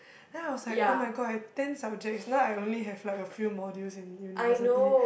then I was like [oh]-my-god I had ten subjects now I only have like a few modules in university